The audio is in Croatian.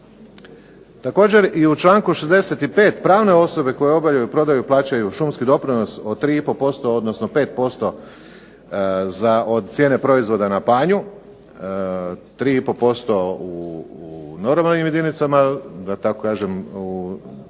Također i u članku 65. pravne osobe koje obavljaju prodaju, plaćaju šumski doprinos od 3 i pol posto, odnosno 5% za cijene proizvoda na panju, 3 i pol posto u normalnim jedinicama da tako kažem u,